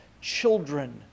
children